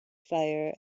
fire